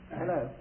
hello